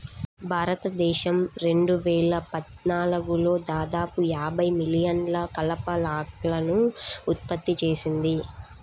భారతదేశం రెండు వేల పద్నాలుగులో దాదాపు యాభై మిలియన్ల కలప లాగ్లను ఉత్పత్తి చేసింది